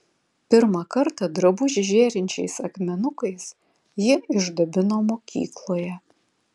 pirmą kartą drabužį žėrinčiais akmenukais ji išdabino mokykloje